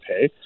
pay